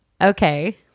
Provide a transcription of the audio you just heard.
Okay